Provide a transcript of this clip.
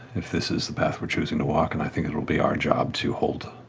if this is the path we're choosing to walk and i think it'll be our job to hold